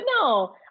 no